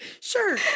sure